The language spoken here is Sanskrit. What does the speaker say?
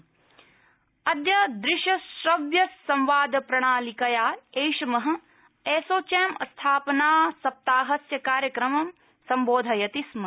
असौ अद्य दृश्यश्रव्यसंवादप्रणालिकया ऐषम एसोचर स्थापना सप्ताहस्य कार्यक्रमं सम्बोधयति स्म